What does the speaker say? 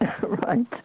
Right